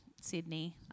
Sydney